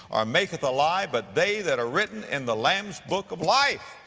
or maketh a lie but they that are written in the lamb's book of life!